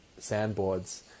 sandboards